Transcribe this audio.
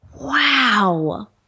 wow